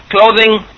clothing